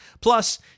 Plus